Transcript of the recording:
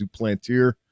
Duplantier